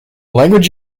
language